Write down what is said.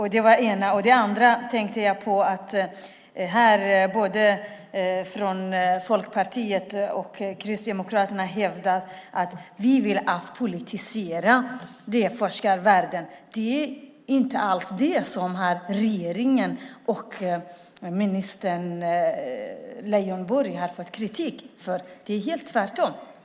Här hävdas det både från Folkpartiet och från Kristdemokraterna att de vill avpolitisera forskarvärlden. Det är inte alls det som regeringen och Lars Leijonborg har fått kritik för. Det är tvärtom.